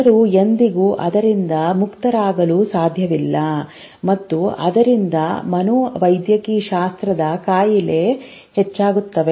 ಜನರು ಎಂದಿಗೂ ಅದರಿಂದ ಮುಕ್ತರಾಗಲು ಸಾಧ್ಯವಿಲ್ಲ ಮತ್ತು ಆದ್ದರಿಂದ ಮನೋವೈದ್ಯಶಾಸ್ತ್ರದ ಕಾಯಿಲೆ ಹೆಚ್ಚಾಗುತ್ತದೆ